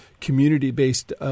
community-based